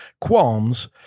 qualms